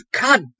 God